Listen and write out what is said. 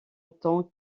tant